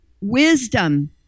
Wisdom